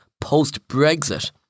post-Brexit